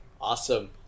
Awesome